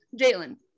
Jalen